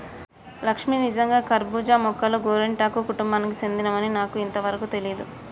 లక్ష్మీ నిజంగా కర్బూజా మొక్కలు గోరింటాకు కుటుంబానికి సెందినవని నాకు ఇంతవరకు తెలియదు